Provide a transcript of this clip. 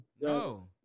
No